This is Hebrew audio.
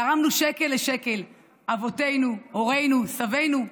תרמנו שקל לשקל, אבותינו, הורינו, סבינו,